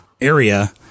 area